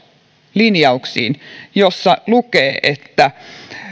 linjauksiin joissa lukee että